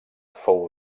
fou